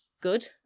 good